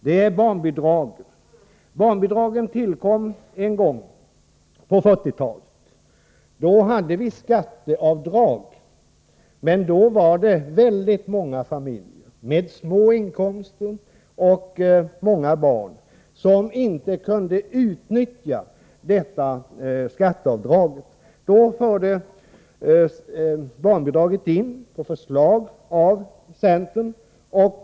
Det första är barnbidragen, som tillkom på 1940-talet. Tidigare hade vi skatteavdrag, men väldigt många familjer med små inkomster och många barn kunde inte utnyttja denna förmån. Då infördes barnbidraget, på förslag av dåvarande bondeförbundet.